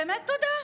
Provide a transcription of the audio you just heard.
באמת תודה.